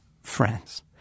friends